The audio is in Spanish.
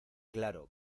claro